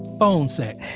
phone sex.